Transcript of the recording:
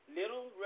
little